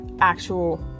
actual